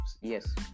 Yes